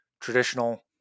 traditional